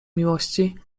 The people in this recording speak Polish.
miłości